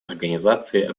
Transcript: организации